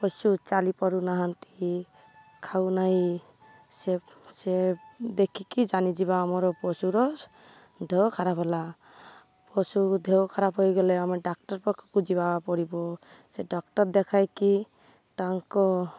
ପଶୁ ଚାଲି ପାରୁନାହାନ୍ତି ଖାଉନାହିଁ ସେ ସେ ଦେଖିକରି ଜାଣିଯିବା ଆମର ପଶୁର ଦେହ ଖରାପ ହେଲା ପଶୁ ଦେହ ଖରାପ ହୋଇଗଲେ ଆମେ ଡାକ୍ତର ପାଖକୁ ଯିବାକୁ ପଡ଼ିବ ସେ ଡାକ୍ତର ଦେଖାଇକରି ତାଙ୍କ